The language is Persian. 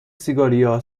سیگارو